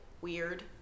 weird